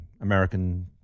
American